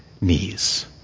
knees